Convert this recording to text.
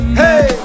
hey